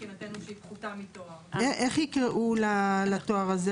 איך יקראו לתואר הזה?